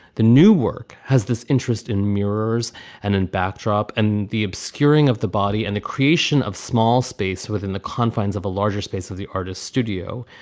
the new work has this interest in mirrors and in backdrop and the obscuring of the body and the creation of small space within the confines of a larger space of the artist's studio.